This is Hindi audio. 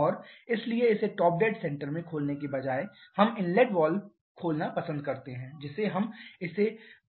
और इसलिए इसे टॉप डेड सेंटर में खोलने के बजाय हम इनलेट वाल्व खोलना पसंद करते हैं जिसे हम इसे